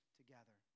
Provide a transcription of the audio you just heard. together